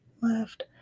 left